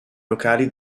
locali